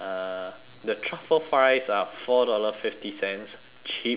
the truffle fries are four dollar fifty cents cheap cheap